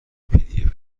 pdf